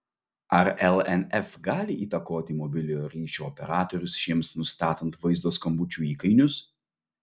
ar lnf gali įtakoti mobiliojo ryšio operatorius šiems nustatant vaizdo skambučių įkainius